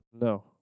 No